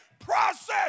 process